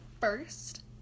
first